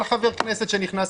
כל חבר כנסת חדש שנכנס,